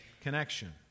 connection